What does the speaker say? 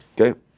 Okay